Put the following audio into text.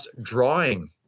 drawing